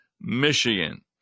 Michigan